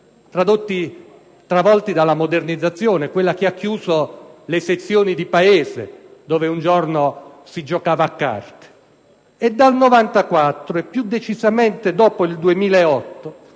sociali, travolti dalla modernizzazione, che ha chiuso le sezioni di paese in cui una volta si giocava a carte. Dal 1994, e più decisamente dopo il 2008,